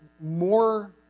more